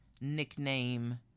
nickname